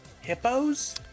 Hippos